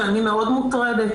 שאני מאוד מוטרדת.